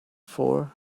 for